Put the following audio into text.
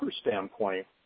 standpoint